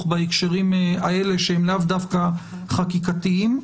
בהקשרים האלה שהם לאו דווקא חקיקתיים.